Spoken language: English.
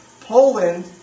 Poland